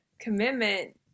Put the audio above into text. commitment